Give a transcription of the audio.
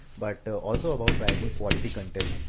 but also about writing quality content.